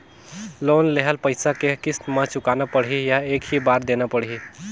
Loan लेहल पइसा के किस्त म चुकाना पढ़ही या एक ही बार देना पढ़ही?